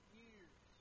years